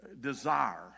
desire